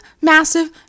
massive